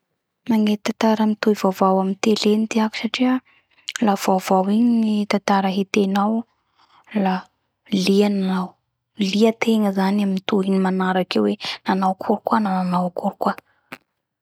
Magnety tatara mitohy vaovao amy tele tiako satria la vaovao igny tatara hetenao la lia anao lia ategna zany amy tohiny magnaraky eo ho manao akory koa; manao akory koa